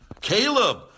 Caleb